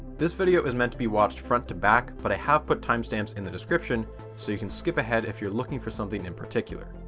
this video is meant to be watched front to back, but i have put timestamps in the description so you can skip ahead if you're looking for something in particular.